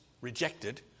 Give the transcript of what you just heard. rejected